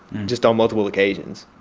just on multiple occasions.